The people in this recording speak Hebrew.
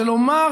זה לומר